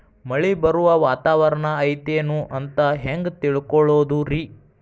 ಮಳೆ ಬರುವ ವಾತಾವರಣ ಐತೇನು ಅಂತ ಹೆಂಗ್ ತಿಳುಕೊಳ್ಳೋದು ರಿ?